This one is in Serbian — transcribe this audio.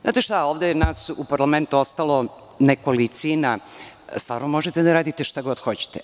Znate šta, ovde je nas u parlamentu ostalo nekolicina, stvarno možete da radite šta hoćete.